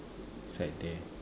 inside there